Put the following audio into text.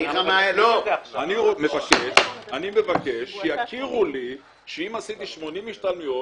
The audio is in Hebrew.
אני מבקש שיכירו לי אם עשיתי 80 השתלמויות,